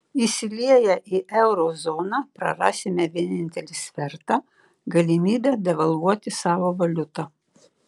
įsilieję į euro zoną prarasime vienintelį svertą galimybę devalvuoti savo valiutą